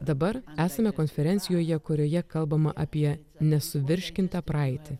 dabar esame konferencijoje kurioje kalbama apie nesuvirškintą praeitį